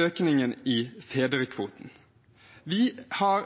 økningen av fedrekvoten. Vi har